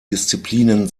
disziplinen